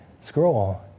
scroll